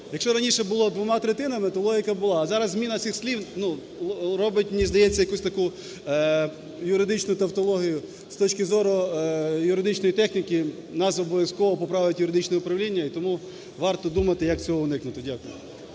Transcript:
Якщо раніше було двома третинами, то логіка була. А зараз зміна цих слів робить, мені здається, якусь таку юридичну тавтологію. З точки зору юридичної техніки нас обов'язково поправить юридичне управління. І тому варто думати, як цього уникнути. Дякую.